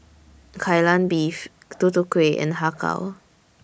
Kai Lan Beef Tutu Kueh and Har Kow